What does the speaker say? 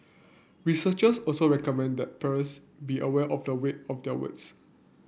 researchers also recommend that parents be aware of the weight of their words